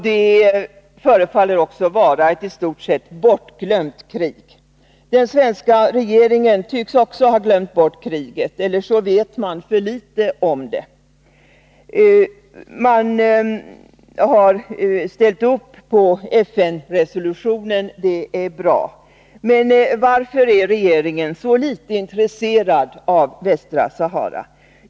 Det förefaller också vara ett i stort sett bortglömt krig. Även den svenska regeringen tycks ha glömt bort kriget, eller också vet man för litet om det. Man har ställt sig bakom FN-resolutionen, och det är bra. Men varför är regeringen så litet intresserad av Västra Sahara?